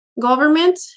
Government